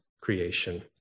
creation